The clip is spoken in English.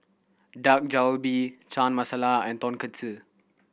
Dak Galbi Chana Masala and Tonkatsu